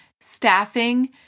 staffing